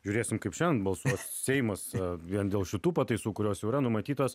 žiūrėsim kaip šiandien balsuos seimas vien dėl šitų pataisų kurios jau yra numatytos